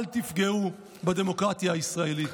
אל תפגעו בדמוקרטיה הישראלית.